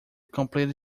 completed